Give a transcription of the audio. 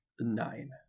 Nine